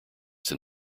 than